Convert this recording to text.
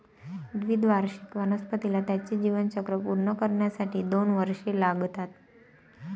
द्विवार्षिक वनस्पतीला त्याचे जीवनचक्र पूर्ण करण्यासाठी दोन वर्षे लागतात